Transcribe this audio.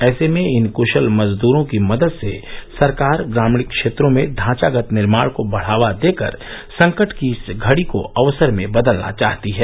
ऐसे में इन क्शल मजदूरों की मदद से सरकार ग्रामीण क्षेत्रों में ढांचागत निर्माण को बढ़ावा देकर संकट की इस घड़ी को अवसर में बदलना चाहती है